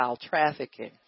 trafficking